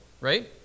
right